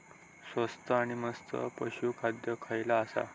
स्वस्त आणि मस्त पशू खाद्य खयला आसा?